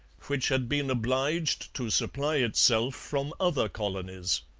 which had been obliged to supply itself from other colonies.